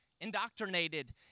indoctrinated